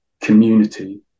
community